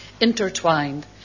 intertwined